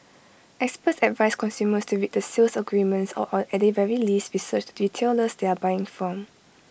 experts advise consumers to read the sales agreements or at the very least research the retailers they are buying from